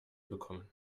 bekommen